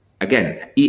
again